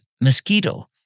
mosquito